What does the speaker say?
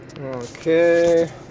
Okay